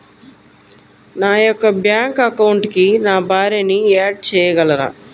నా యొక్క బ్యాంక్ అకౌంట్కి నా భార్యని యాడ్ చేయగలరా?